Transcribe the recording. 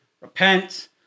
repent